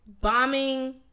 Bombing